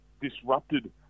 disrupted